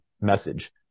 message